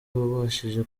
wabashije